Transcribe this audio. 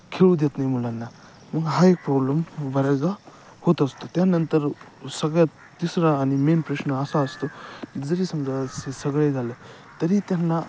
खेळू देत नाही मुलांना मग हा एक प्रॉब्लेम बऱ्याचदा होत असतो त्यानंतर सगळ्यात तिसरा आणि मेन प्रश्न असा असतो जरी समजा असं सगळे झालं तरी त्यांना